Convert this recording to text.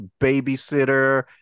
babysitter